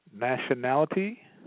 nationality